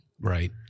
Right